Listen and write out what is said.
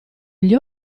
gli